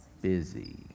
Busy